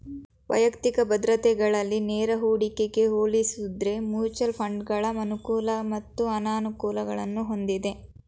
ವೈಯಕ್ತಿಕ ಭದ್ರತೆಗಳಲ್ಲಿ ನೇರ ಹೂಡಿಕೆಗೆ ಹೋಲಿಸುದ್ರೆ ಮ್ಯೂಚುಯಲ್ ಫಂಡ್ಗಳ ಅನುಕೂಲಗಳು ಮತ್ತು ಅನಾನುಕೂಲಗಳನ್ನು ಹೊಂದಿದೆ